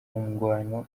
ngwano